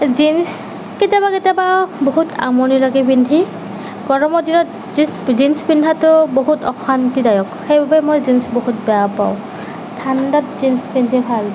jeans কেতিয়াবা কেতিয়াবা বহুত আমনি লাগে পিন্ধি গৰমৰ দিনত জিছ জিন্স পিন্ধাটো বহুত অশান্তিদায়ক সেইবাবে মই জিন্স বহুত বেয়া পাওঁ ঠাণ্ডাত জিন্স পিন্ধি ভাল পাওঁ